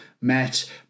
met